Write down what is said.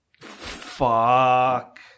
Fuck